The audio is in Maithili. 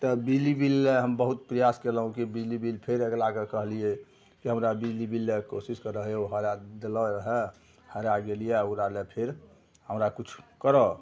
तऽ बिजली बिल ले हम बहुत प्रयास कएलहुँ कि बिजली बिल फेर अगिलाके कहलिए कि हमरा बिजली बिल ले कोशिश करिऔ हरै देलै रहै हरै गेल यऽ ओकरा ले फेर हमरा किछु करै